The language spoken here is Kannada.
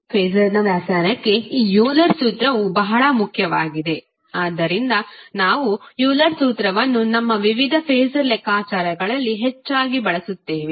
ಫಾಸರ್ ವ್ಯಾಖ್ಯಾನಕ್ಕೆ ಈ ಯೂಲರ್ ಸೂತ್ರವು ಬಹಳ ಮುಖ್ಯವಾಗಿದೆ ಆದ್ದರಿಂದ ನಾವು ಯೂಲರ್ ಸೂತ್ರವನ್ನು ನಮ್ಮ ವಿವಿಧ ಫಾಸರ್ ಲೆಕ್ಕಾಚಾರಗಳಲ್ಲಿ ಹೆಚ್ಚಾಗಿ ಬಳಸುತ್ತೇವೆ